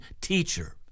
teacher